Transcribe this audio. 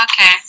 okay